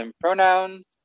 pronouns